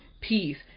peace